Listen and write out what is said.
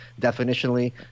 definitionally